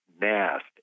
Nast